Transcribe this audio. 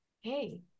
hey